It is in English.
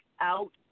out